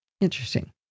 Interesting